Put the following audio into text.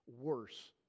worse